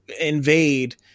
invade